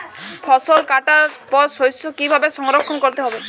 ফসল কাটার পর শস্য কীভাবে সংরক্ষণ করতে হবে?